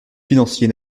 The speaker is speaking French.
financier